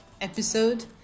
episode